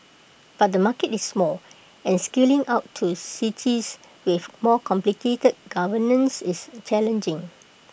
but the market is small and scaling out to cities with more complicated governance is challenging